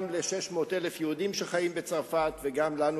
גם ל-600,000 היהודים שחיים בצרפת וגם לנו,